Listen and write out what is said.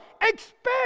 expect